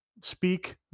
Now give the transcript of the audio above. speak